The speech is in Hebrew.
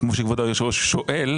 כמו שכבוד היושב ראש שואל,